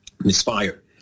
misfire